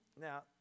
Now